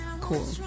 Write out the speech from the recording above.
cool